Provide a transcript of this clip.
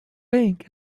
bank